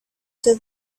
did